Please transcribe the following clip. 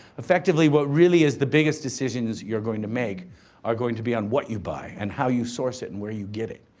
effectively what really is the biggest decision is you're going to make are going to be on what you buy and how you source it and where you get it.